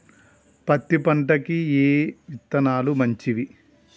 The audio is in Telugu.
పత్తి పంటకి ఏ విత్తనాలు మంచివి?